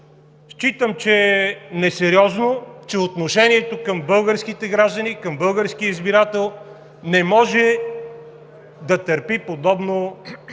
считам, че е несериозно, че отношението към българските граждани, към българския избирател не може да търпи подобно